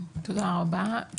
תודה רבה.